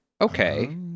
okay